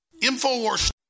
Infowars